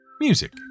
Music